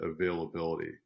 availability